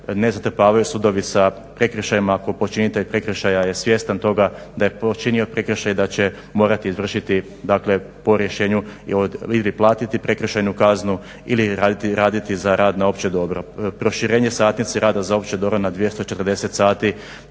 ne zatrpavaju sudovi sa prekršajima ako je počinitelj prekršaja svjestan toga da je počinio prekršaj i da će morati izvršiti po rješenje ili platiti prekršajnu kaznu ili raditi za rad na opće dobro. Proširenje satnice rada za opće dobro na 240 sati